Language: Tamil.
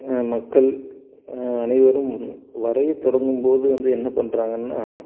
மக்கள் அனைவரும் வரைய தொடங்கும்போது வந்து என்ன பண்ணுறாங்கன்னா